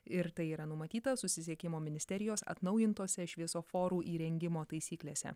ir tai yra numatyta susisiekimo ministerijos atnaujintose šviesoforų įrengimo taisyklėse